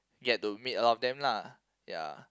get to meet a lot of them lah ya